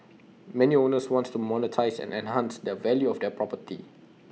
many owners want to monetise and enhance the value of their property